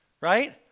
right